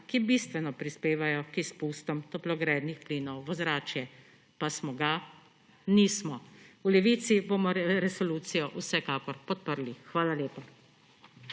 ki bistveno prispevajo k izpustom toplogrednih plinov v ozračje. Pa smo ga? Nismo. V Levici bomo resolucijo vsekakor podprli. Hvala lepa.